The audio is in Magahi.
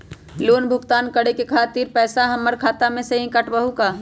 लोन भुगतान करे के खातिर पैसा हमर खाता में से ही काटबहु का?